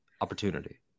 opportunity